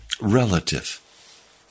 relative